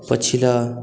पछिला